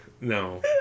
No